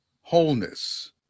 wholeness